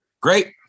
Great